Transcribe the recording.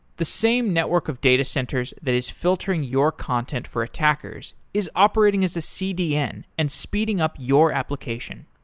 the same network of data centers that is filtering your content for attackers is operating as a cdn and speeding up your application.